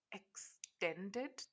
extended